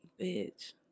bitch